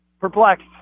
Perplexed